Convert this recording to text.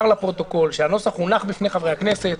לפרוטוקול שהנוסח הונח בפני חברי הכנסת,